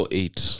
eight